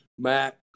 Matt